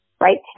Right